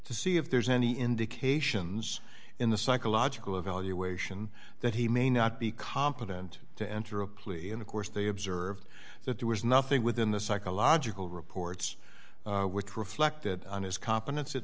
to see if there's any indications in the psychological evaluation that he may not be competent to enter a plea and of course they observed that there was nothing within the psychological reports which reflected on his competence it